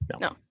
No